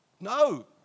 No